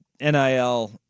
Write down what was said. NIL